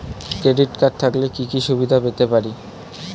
Credit card থাকলে কি কি সুবিধা পেতে পারি?